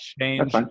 change